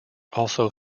also